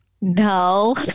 No